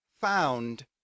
found